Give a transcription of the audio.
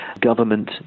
government